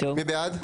מי בעד?